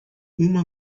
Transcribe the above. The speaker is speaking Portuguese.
uma